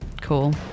cool